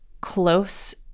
close